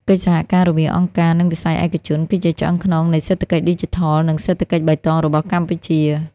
កិច្ចសហការរវាងអង្គការ និងវិស័យឯកជន គឺជាឆ្អឹងខ្នងនៃសេដ្ឋកិច្ចឌីជីថល និងសេដ្ឋកិច្ចបៃតងរបស់កម្ពុជា។